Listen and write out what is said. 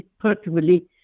particularly